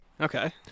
Okay